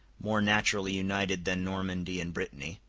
more naturally united than normandy and brittany